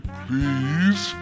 please